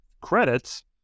credits